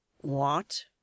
What